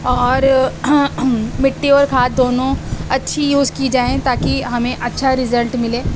اور مٹی اور کھاد دونوں اچھی یوز کی جائیں تاکہ ہمیں اچھا رزلٹ ملے